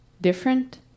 different